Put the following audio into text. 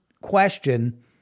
question